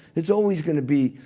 it's always going to be,